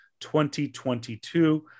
2022